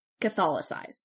Catholicize